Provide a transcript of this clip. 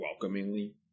welcomingly